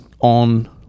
on